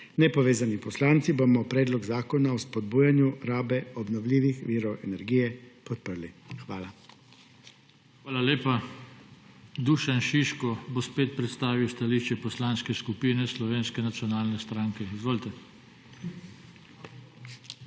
Nepovezani poslanci bomo Predlog zakona o spodbujanju rabe obnovljivih virov energije podprli. Hvala. PODPREDSEDNIK JOŽE TANKO: Hvala lepa. Dušan Šiško bo spet predstavil stališče Poslanske skupine Slovenske nacionalne stranke. Izvolite.